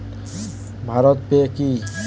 Bharat pay কি?